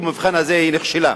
ובמבחן הזה היא נכשלה.